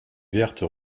verte